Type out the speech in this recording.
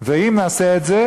ואם נעשה את זה